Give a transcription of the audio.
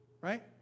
right